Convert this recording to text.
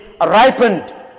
ripened